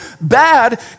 bad